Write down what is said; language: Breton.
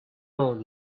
mañ